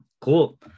Cool